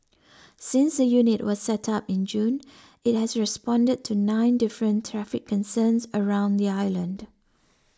since the unit was set up in June it has responded to nine different traffic concerns around the island